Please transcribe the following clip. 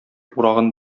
урагын